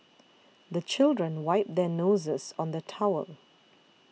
the children wipe their noses on the towel